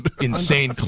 insane